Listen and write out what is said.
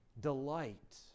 delight